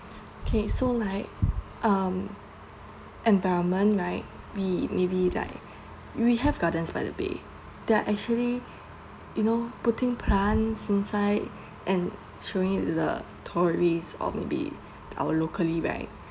okay so like um environment right we maybe like we have Gardens by the Bay they're actually you know putting plants inside and showing the tourists or maybe our locally right